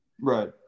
right